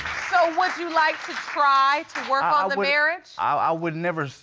so, would you like to try to work on the marriage? i would never.